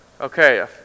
Okay